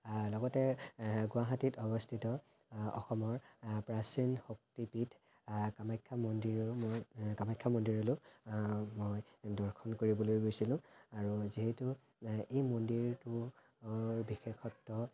লগতে গুৱাহাটীত অৱস্থিত অসমৰ প্ৰাচীন শক্তিপীঠ কামাখ্যা মন্দিৰৰো মই কামাখ্যা মন্দিৰলৈও মই দৰ্শন কৰিবলৈ গৈছিলোঁ আৰু যিহেতু এই মন্দিৰটোৰ বিশেষত্ব হৈছে